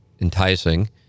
enticing